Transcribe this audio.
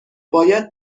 باید